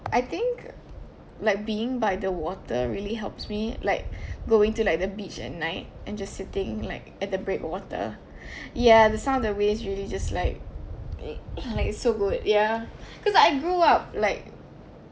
I think like being by the water really helps me like going to like the beach at night and just sitting like at the break water ya the sound the waves really just like eh like it's so good ya cause I grew up like